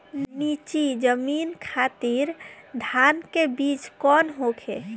नीची जमीन खातिर धान के बीज कौन होखे?